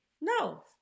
No